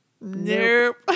nope